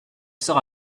sort